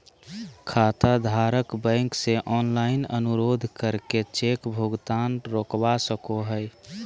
खाताधारक बैंक से ऑनलाइन अनुरोध करके चेक भुगतान रोकवा सको हय